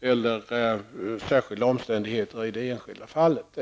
eller särskilda omständigheter i det enskilda fallet.